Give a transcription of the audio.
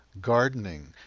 gardening